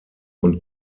und